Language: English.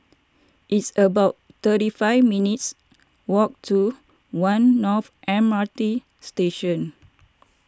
it's about thirty five minutes' walk to one North M R T Station